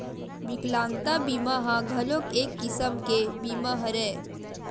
बिकलांगता बीमा ह घलोक एक किसम के बीमा हरय